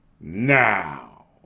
now